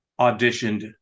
auditioned